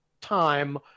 time